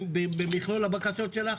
במכלול הבקשות שלך?